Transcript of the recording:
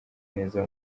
neza